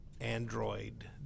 android